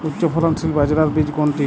উচ্চফলনশীল বাজরার বীজ কোনটি?